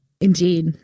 Indeed